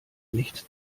nicht